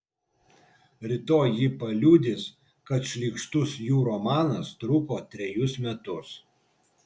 rytoj ji paliudys kad šlykštus jų romanas truko trejus metus